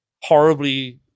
horribly